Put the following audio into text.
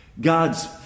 God's